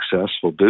successful